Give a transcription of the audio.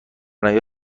نیاره